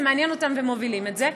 זה מעניין אותם והם מובילים את זה.